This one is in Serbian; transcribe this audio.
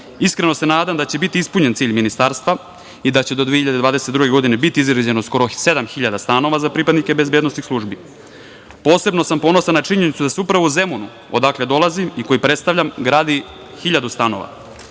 se nadam da će biti ispunjen cilj Ministarstva i da će do 2022. godine biti izgrađeno skoro 7.000 stanova za pripadnike bezbednosnih službi. Posebno sam ponosan na činjenicu da se upravo u Zemunu, odakle dolazim i koji predstavljam, gradi 1.000 stanova. Mislim